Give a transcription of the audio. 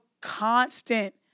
constant